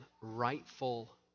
rightful